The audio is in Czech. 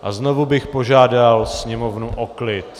A znovu bych požádal sněmovnu o klid.